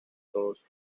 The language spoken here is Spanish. todos